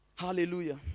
Hallelujah